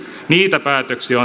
niitä päätöksiä